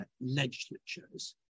legislatures